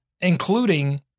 including